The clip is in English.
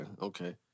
okay